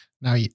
Now